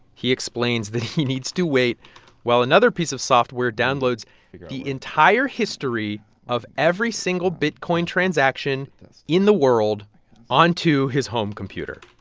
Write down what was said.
he explains that he needs to wait while another piece of software downloads the entire history of every single bitcoin transaction in the world onto his home computer.